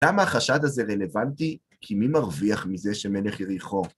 למה החשד הזה רלוונטי? כי מי מרוויח מזה שמלך יריחו